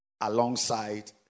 alongside